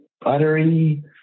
buttery